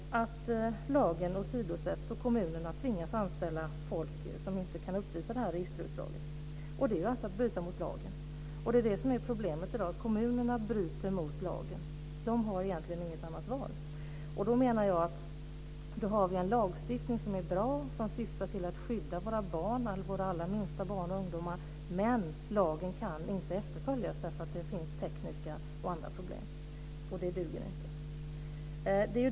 Lagen åsidosätts därmed. Kommunerna tvingas anställa folk som inte kan uppvisa detta registerutdrag, och det är att bryta mot lagen. Det är det som är problemet i dag: Kommunerna bryter mot lagen. De har egentligen inget annat val. Då, menar jag, har vi alltså en lagstiftning som är bra, som syftar till att skydda våra barn och ungdomar - men som inte kan följas därför att det finns tekniska och andra problem. Det duger inte.